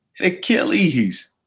Achilles